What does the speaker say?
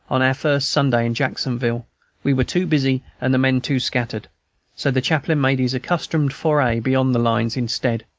on our first sunday in jacksonville we were too busy and the men too scattered so the chaplain made his accustomed foray beyond the lines instead.